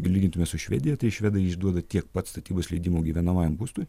lygintume su švedija tai švedai išduoda tiek pats statybos leidimų gyvenamajam būstui